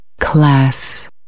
Class